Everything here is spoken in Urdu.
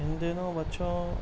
ان دنوں بچوں